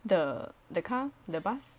the the car the bus